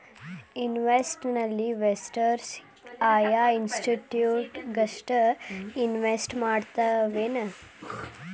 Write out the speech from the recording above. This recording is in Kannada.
ಇನ್ಸ್ಟಿಟ್ಯೂಷ್ನಲಿನ್ವೆಸ್ಟರ್ಸ್ ಆಯಾ ಇನ್ಸ್ಟಿಟ್ಯೂಟ್ ಗಷ್ಟ ಇನ್ವೆಸ್ಟ್ ಮಾಡ್ತಾವೆನ್?